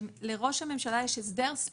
הוא יכול להאציל סמכויות על סגן שר שלו?